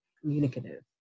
communicative